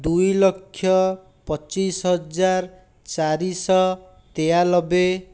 ଦୁଇଲକ୍ଷ ପଚିଶ ହଜାର ଚାରିଶହ ତେୟାନବେ